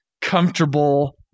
comfortable